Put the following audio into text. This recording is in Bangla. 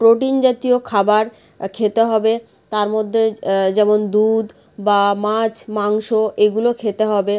প্রোটিন জাতীয় খাবার খেতে হবে তার মধ্যে যেমন দুধ বা মাছ মাংস এগুলো খেতে হবে